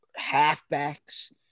halfbacks